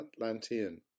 Atlantean